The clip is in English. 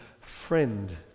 friend